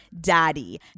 Daddy